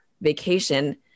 Vacation